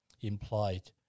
implied